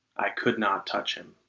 i could not touch him.